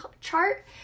chart